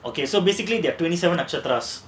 okay so basically they're twenty seven archer class